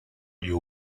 you